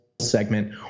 segment